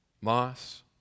Moss